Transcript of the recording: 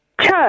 Church